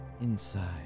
Inside